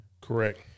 Correct